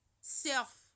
self